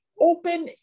open